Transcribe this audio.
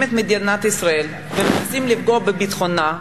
את מדינת ישראל ומנסים לפגוע בביטחונה,